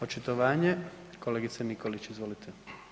Očitovanje, kolegice Nikolić izvolite.